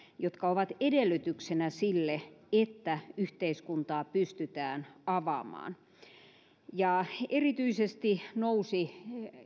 jotka ovat edellytyksenä sille että yhteiskuntaa pystytään avaamaan erityisesti nousi